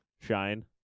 shine